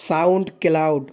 SoundCloud